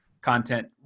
content